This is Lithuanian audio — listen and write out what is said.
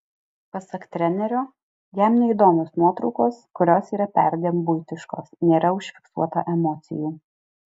pasak trenerio jam neįdomios nuotraukos kurios yra perdėm buitiškos nėra užfiksuota emocijų